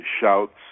shouts